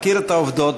מכיר את העובדות.